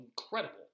incredible